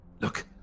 Look